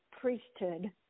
priesthood